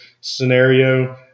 scenario